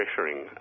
pressuring